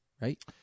right